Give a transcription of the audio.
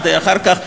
כדי אחר כך,